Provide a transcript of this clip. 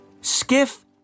Skiff